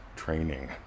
training